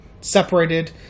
separated